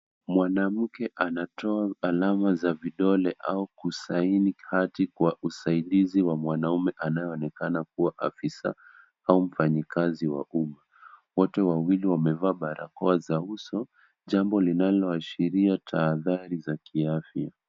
Mwanamke anatoa alama za vidole au kusaini hati kwa usaidizi wa mwanaume anayeonekana kuwa afisa au mfanyikazi wa umma. Wote wawili wamevaa barakoa za uso, jambo linaloashiria taadhari za kiafya.